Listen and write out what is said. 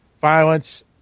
violence